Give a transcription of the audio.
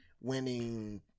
winning